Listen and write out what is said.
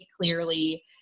clearly